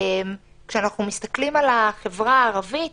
כשאנחנו מסתכלים על החברה הערבית,